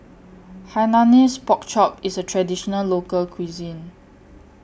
Hainanese Pork Chop IS A Traditional Local Cuisine